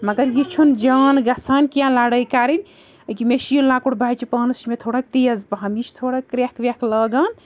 مگر یہِ چھُنہٕ جان گژھان کیٚنٛہہ لَڑٲے کَرٕنۍ ییٚکیٛاہ مےٚ چھِ یہِ لۄکُٹ بَچہِ پانَس یہِ چھِ مےٚ تھوڑا تیز پَہم یہِ چھِ تھوڑا کرٛٮ۪کھ وٮ۪کھ لاگان